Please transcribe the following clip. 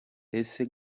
ese